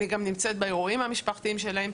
ואפילו נמצאת באירועים המשפחתיים שלהן.